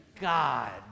God